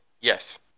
Yes